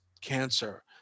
cancer